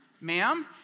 ma'am